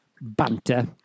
banter